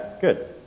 good